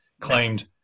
claimed